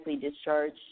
discharged